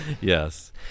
Yes